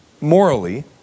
Morally